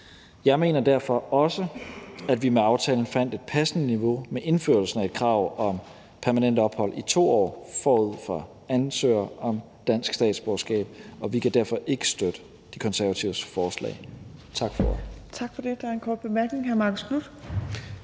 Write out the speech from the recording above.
Jeg mener derfor også, at vi med aftalen fandt et passende niveau med indførelsen af et krav om permanent ophold i 2 år forud for ansøgning om dansk statsborgerskab, og vi kan derfor ikke støtte De Konservatives forslag. Tak for ordet.